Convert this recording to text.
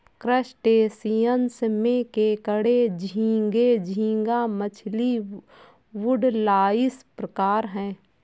crustaceans में केकड़े झींगे, झींगा मछली, वुडलाइस प्रकार है